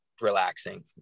relaxing